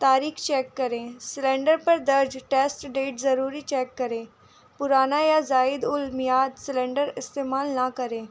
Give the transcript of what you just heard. تاریخ چیک کریں سلینڈر پر درج ٹیسٹ ڈیٹ ضروری چیک کریں پرانا یا زائد المیعاد سلینڈر استعمال نہ کریں